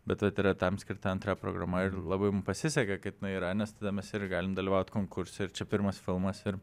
bet vat yra tam skirta antra programa ir labai mum pasisekė kad jinai yra nes tada mes ir galim dalyvaut konkurse ir čia pirmas filmas ir